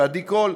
ועדי קול,